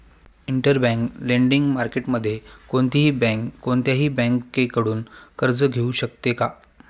Interbank lending मार्केटमध्ये कोणतीही bank कोणत्याही बँकेकडून कर्ज घेऊ शकते का?